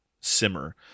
simmer